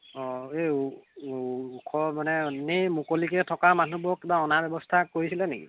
অঁ এই ওখ মানে এনেই মুকলিকৈ থকা মানুহবোৰক কিবা অনাৰ ব্যৱস্থা কৰিছিলে নেকি